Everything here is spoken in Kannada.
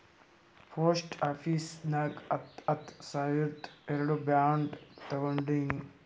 ಪೋಸ್ಟ್ ಆಫೀಸ್ ನಾಗ್ ಹತ್ತ ಹತ್ತ ಸಾವಿರ್ದು ಎರಡು ಬಾಂಡ್ ತೊಗೊಂಡೀನಿ